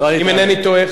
אם אינני טועה,